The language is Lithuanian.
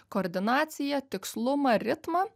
koordinaciją tikslumą ritmą